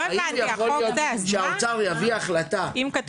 האם יכול להיות שהאוצר יביא החלטה --- אז מה,